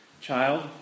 child